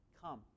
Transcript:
come